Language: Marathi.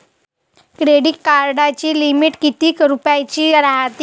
क्रेडिट कार्डाची लिमिट कितीक रुपयाची रायते?